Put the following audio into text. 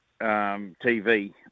TV